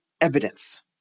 evidence